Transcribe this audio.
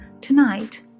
tonight